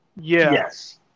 Yes